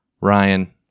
Ryan